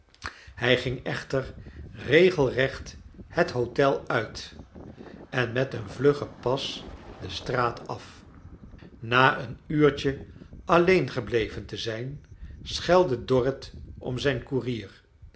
hij ging echter regelrecht het hotel uit en met een vluggen pas de straat af na een uurtje alleen gebleven te zijn schelde dorrit om zijn koerier